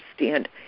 understand